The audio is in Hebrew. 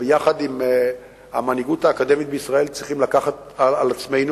אני והמנהיגות האקדמית בישראל צריכים לקחת על עצמנו